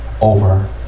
over